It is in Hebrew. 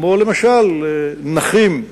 כמו למשל נכים,